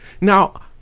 Now